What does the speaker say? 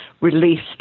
released